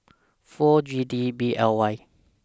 four G D B L Y